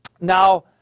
Now